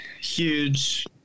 huge